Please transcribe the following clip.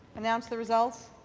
announce the result.